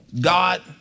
God